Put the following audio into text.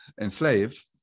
enslaved